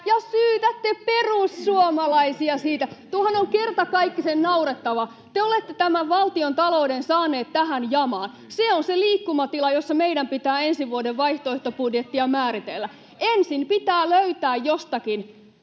[Antti Lindtman: Emme syytä!] Tuohan on kertakaikkisen naurettavaa. Te olette tämän valtiontalouden saaneet tähän jamaan. Se on se liikkumatila, jossa meidän pitää ensi vuoden vaihtoehtobudjettia määritellä. [Veronika Honkasalo: